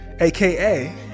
aka